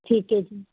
ਠੀਕ ਐ ਜੀ